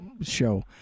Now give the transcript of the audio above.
show